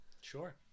Sure